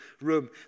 room